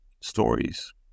stories